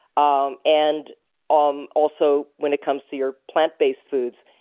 um and um also, when it comes to your plant based foods,